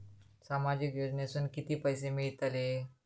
सामाजिक योजनेतून किती पैसे मिळतले?